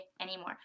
anymore